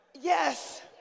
Yes